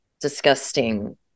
disgusting